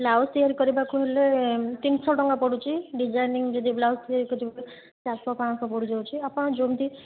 blouse ତିଆରି କରିବାକୁ ହେଲେ ତିନିଶହ ଟଙ୍କା ପଡ଼ୁଛି ଡିଜାଇନିଂ ଯଦି ବ୍ଲାଉଜ୍ ତିଆରି କରିବେ ଚାରିଶହ ପାଞ୍ଚଶହ ପଡ଼ିଯାଉଛି ଆପଣ ଯେମିତି